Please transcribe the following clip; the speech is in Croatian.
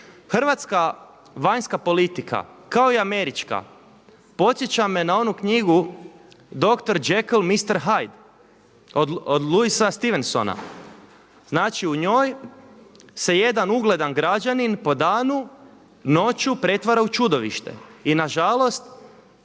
Hrvatska vanjska politika kao i američka podsjeća me na onu knjigu dr. Jackly mister Hyde od Luisa Stevensona. Znači u njoj se jedan ugledan građanin po danu noću pretvara u čudovište. I na žalost